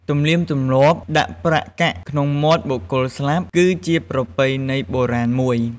ទំនៀមទំលាប់ដាក់ប្រាក់កាក់ក្នុងមាត់បុគ្គលស្លាប់ គឺជាប្រពៃណីបុរាណមួយ។